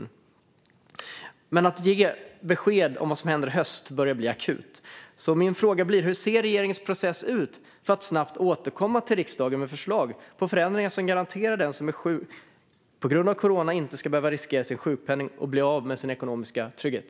Men det börjar bli akut med ett besked om vad som ska hända i höst. Min fråga är därför: Hur ser regeringens process ut för att snabbt återkomma till riksdagen med förslag på förändringar som garanterar att den som är sjuk på grund av coronan inte ska behöva riskera sin sjukpenning och bli av med sin ekonomiska trygghet?